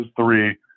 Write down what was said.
three